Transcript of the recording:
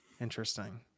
interesting